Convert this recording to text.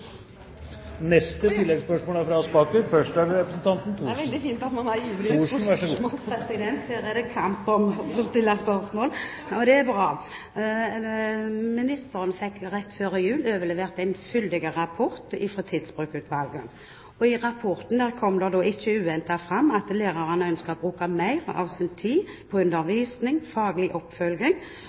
er fra Bente Thorsen! Det er veldig fint at man er ivrig etter å stille spørsmål! Her er det kamp om å stille spørsmål, og det er bra! Ministeren fikk rett før jul overlevert en fyldig rapport fra Tidsbrukutvalget. I rapporten kom det fram, ikke uventet, at lærerne ønsker å bruke mer av sin tid på undervisning, faglig oppfølging,